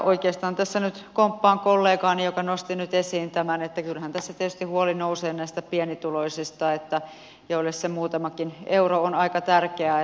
oikeastaan tässä nyt komppaan kollegaani joka nosti nyt esiin tämän että kyllähän tässä tietysti huoli nousee näistä pienituloisista joille se muutamakin euro on aika tärkeä